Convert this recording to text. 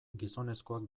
gizonezkoak